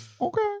Okay